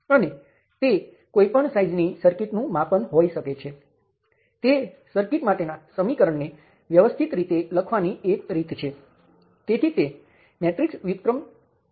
હવે તમે યાદ કરો કે જ્યારે આપણે કરંટ નિયંત્રિત સ્ત્રોત સાથે નોડલ વિશ્લેષણ કર્યું હતું ત્યારે નિયંત્રિત કરંટ રેઝિસ્ટર સાથે સંકળાયેલ હતો